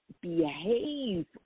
behave